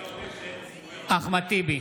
גד אחמד טיבי,